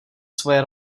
svoje